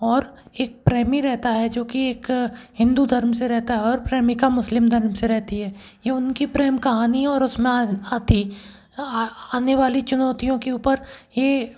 और एक प्रेमी रेहता है जो कि एक हिन्दू धर्म से रेहता है और प्रेमिका मुस्लिम धर्म से रहती है ये उनकी प्रेम कहानी और उसमें आती आने वाली चुनौतियों के ऊपर ये